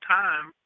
time